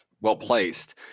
well-placed